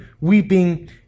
weeping